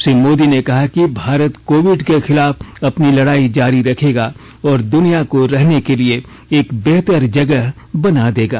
श्री मोदी ने कहा कि भारत कोविड के खिलाफ अपनी लड़ाई जारी रखेगा और दुनिया को रहने के लिए एक बेहतर जगह बना देगा